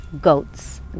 Goats